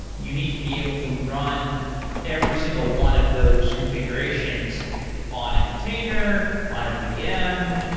you need to be able to run every single one of those conf igurations on a container, on a vm,